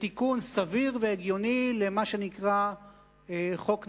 בתיקון סביר והגיוני למה שנקרא חוק נהרי.